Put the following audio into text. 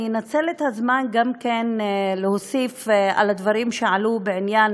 אני אנצל את הזמן גם כן להוסיף על הדברים שעלו בעניין,